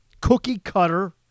cookie-cutter